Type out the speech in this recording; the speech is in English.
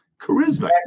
charisma